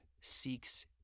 seeks